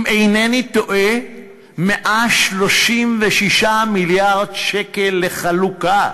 אם אינני טועה, 136 מיליארד ש"ח לחלוקה,